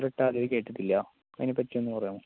കേട്ടിട്ടില്ല അതിനെപ്പറ്റിയൊന്നു പറയാമോ